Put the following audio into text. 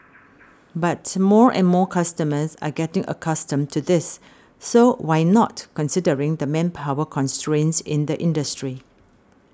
but more and more customers are getting accustomed to this so why not considering the manpower constraints in the industry